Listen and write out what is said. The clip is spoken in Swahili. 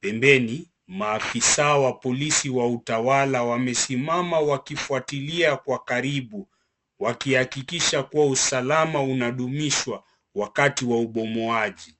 Pembeni maafisa wa polisi wa utawala wamesimama wakifuatilia kwa karibu wakiwa hakikisha kuwa usalama unadumishwa wakati waubomoaji.